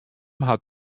hat